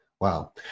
Wow